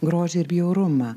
grožį ir bjaurumą